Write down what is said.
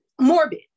morbid